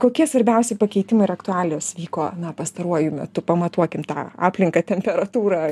kokie svarbiausi pakeitimai ir aktualijos vyko na pastaruoju metu pamatuokim tą aplinką temperatūrą